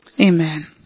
Amen